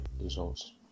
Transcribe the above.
results